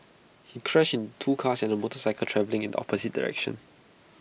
he crashed in two cars and A motorcycle travelling in the opposite direction